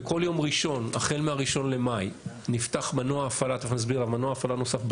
בכל יום ראשון החל מה-1 במאי נפתח "מנוע הפעלה" נוסף בדרום,